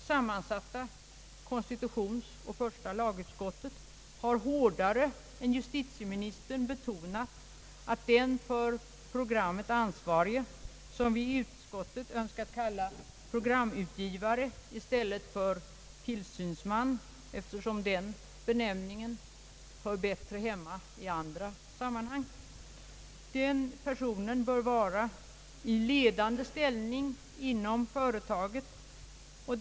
Sammansatta konstitutionsoch första lagutskottet har hårdare än justitieministern betonat att den för programmet ansvarige — som vi i utskottet önskat kalla programutgivare i stället för tillsynsman, eftersom den senare benämningen hör bättre hemma i andra sammanhang — bör vara en person i ledande ställning inom företaget.